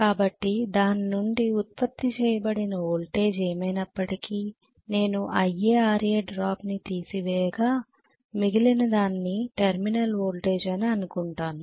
కాబట్టి దాని నుండి ఉత్పత్తి చేయబడిన వోల్టేజ్ ఏమైనప్పటికీ నేను IaRa డ్రాప్ని తీసివేయగా గా మిగిలినదాన్ని టెర్మినల్ వోల్టేజ్ అని అనుకుంటాను